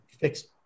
fixed